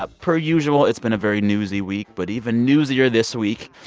ah per usual, it's been a very newsy week, but even newsier this week.